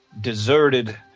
deserted